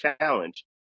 challenge